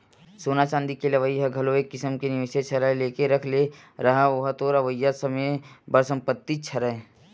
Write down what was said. सोना चांदी के लेवई ह घलो एक किसम के निवेसेच हरय लेके रख ले रहा ओहा तोर अवइया समे बर संपत्तिच हरय